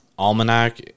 Almanac